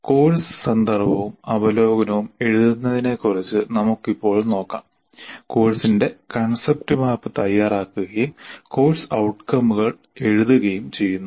course സന്ദർഭവും അവലോകനവും എഴുതുന്നതിനെക്കുറിച്ച് നമുക്ക് ഇപ്പോൾ നോക്കാം കോഴ്സിന്റെ കൺസെപ്റ്റ് മാപ്പ് തയ്യാറാക്കുകയും കോഴ്സ് ഔട്കമുകൾ എഴുതുകയും ചെയ്യുന്നു